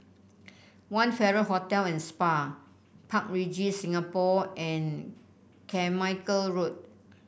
One Farrer Hotel And Spa Park Regis Singapore and Carmichael Road